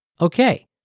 Okay